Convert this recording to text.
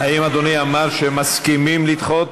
האם אדוני אמר שמסכימים לדחות?